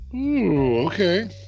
okay